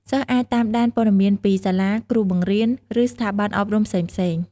សិស្សអាចតាមដានព័ត៌មានពីសាលា គ្រូបង្រៀន ឬស្ថាប័នអប់រំផ្សេងៗ។